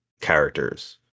characters